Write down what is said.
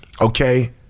okay